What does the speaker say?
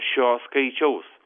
šio skaičiaus